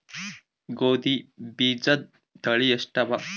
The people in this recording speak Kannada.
ಗೋಧಿ ಬೀಜುದ ತಳಿ ಎಷ್ಟವ?